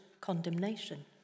condemnation